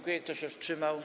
Kto się wstrzymał?